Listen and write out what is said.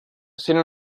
sent